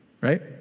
right